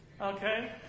okay